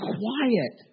quiet